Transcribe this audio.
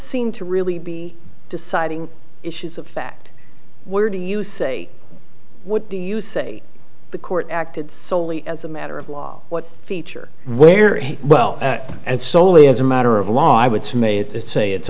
seem to really be deciding issues of fact where do you say what do you say the court acted solely as a matter of law what feature where well as solely as a matter of law i would sue me it's a it's